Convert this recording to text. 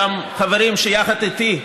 אותם חברים שיחד איתי,